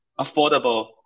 affordable